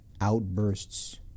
outbursts